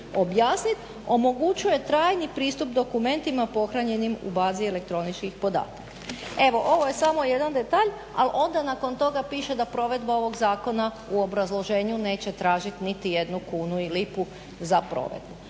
objasniti, omogućuje trajni pristup dokumentima pohranjenim u bazi elektroničkih podataka. Evo ovo je samo jedan detalj. Ali onda nakon toga piše da provedba ovog zakona u obrazloženju neće tražiti niti jednu kunu i lipu za provedbu.